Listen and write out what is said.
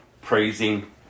praising